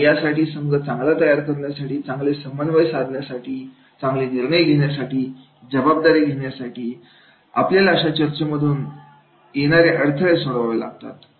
आणि यासाठी चांगला संघ तयार करण्यासाठी चांगली समन्वय साधण्यासाठी चांगले निर्णय घेण्यासाठी जबाबदारी घेण्यासाठी आपल्याला अशा चर्चेमधून येणारे अडथळे सोडवावे लागतात